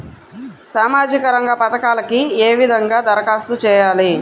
సామాజిక రంగ పథకాలకీ ఏ విధంగా ధరఖాస్తు చేయాలి?